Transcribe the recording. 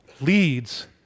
leads